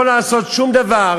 הוא לא יכול לעשות שום דבר